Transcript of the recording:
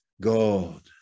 God